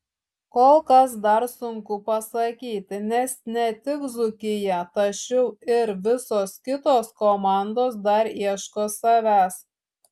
kol kas dar sunku pasakyti nes ne tik dzūkija tačiau ir visos kitos komandos dar ieško savęs